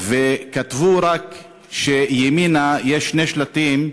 וכתבו רק שימינה, יש שני שלטים: